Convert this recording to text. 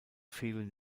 fehlen